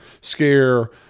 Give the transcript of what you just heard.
scare